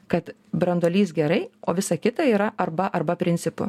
kad branduolys gerai o visa kita yra arba arba principu